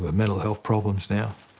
ah mental health problems now.